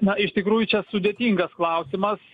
na iš tikrųjų čia sudėtingas klausimas